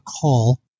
call